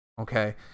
Okay